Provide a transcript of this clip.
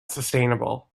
sustainable